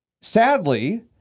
sadly